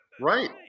Right